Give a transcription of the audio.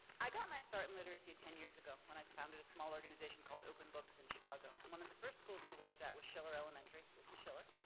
i got my start my and literacy ten years ago when i founded a small organization called open books in chicago. and one of the first schools we worked at was schiller elementary, this is schiller.